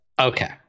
Okay